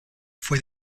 for